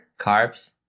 Carbs